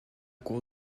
cours